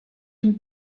him